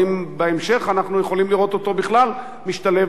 האם בהמשך אנחנו יכולים לראות אותו בכלל משתלב